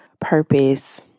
purpose